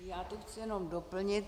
Já to chci jenom doplnit.